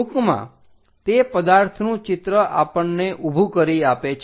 ટૂંકમાં તે પદાર્થનું ચિત્ર આપણને ઊભું કરી આપે છે